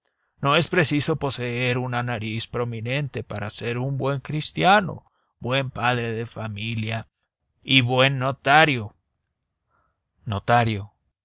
no es preciso poseer una nariz prominente para ser buen cristiano buen padre de familia y buen notario notario